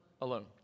alone